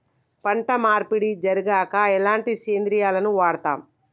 పంట మార్పిడి జరిగాక ఎలాంటి సేంద్రియాలను వాడుతం?